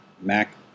Mac